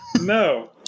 No